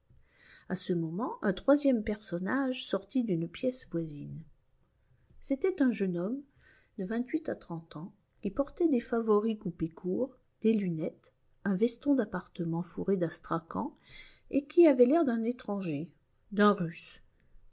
à ce moment un troisième personnage sortit d'une pièce voisine c'était un jeune homme de vingt-huit à trente ans qui portait des favoris coupés court des lunettes un veston d'appartement fourré d'astrakan et qui avait l'air d'un étranger d'un russe